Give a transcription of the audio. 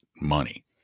money